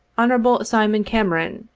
hon. simon cameron,